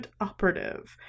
operative